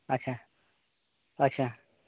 ᱟᱪᱪᱷᱟ ᱟᱪᱪᱷᱟ